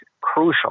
crucial